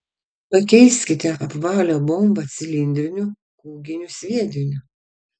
pakeiskite apvalią bombą cilindriniu kūginiu sviediniu